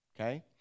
Okay